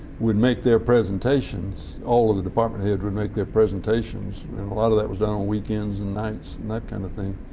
would make their presentations all of the department heads would make their presentations and a lot of that was done on weekends and nights and that kind of thing,